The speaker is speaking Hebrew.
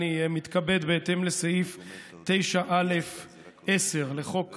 בהתאם לסעיף 9(א)(10) לחוק הממשלה,